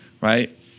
right